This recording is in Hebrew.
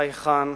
חייכן,